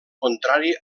contrari